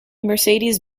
mercedes